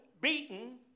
beaten